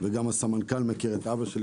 וגם הסמנכ"ל מכיר את אבי,